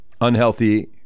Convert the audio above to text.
unhealthy